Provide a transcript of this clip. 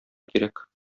кирәк